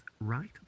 right